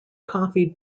coffee